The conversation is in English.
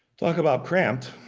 talk about cramped.